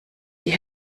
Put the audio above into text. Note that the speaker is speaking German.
die